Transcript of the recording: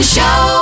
Show